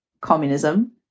communism